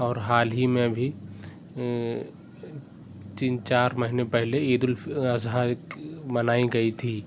اور حال ہی میں ابھی تین چار مہینے پہلے عید الاضحیٰ منائی گئی تھی